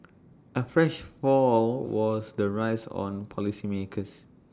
A fresh fall all was the raise on policymakers